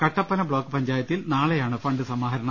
Kattappana block പഞ്ചായത്തിൽ നാളെ യാണ് ഫണ്ട് സമാഹരണം